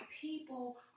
people